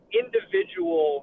individual